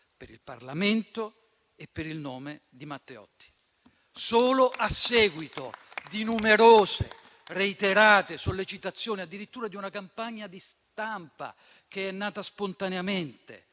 per il Parlamento e per il nome di Matteotti. Solo a seguito di numerose, reiterate sollecitazioni, addirittura di una campagna di stampa che è nata spontaneamente,